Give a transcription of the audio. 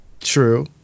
True